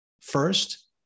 First